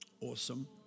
Awesome